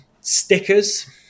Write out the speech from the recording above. Stickers